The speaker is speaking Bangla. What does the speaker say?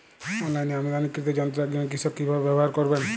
অনলাইনে আমদানীকৃত যন্ত্র একজন কৃষক কিভাবে ব্যবহার করবেন?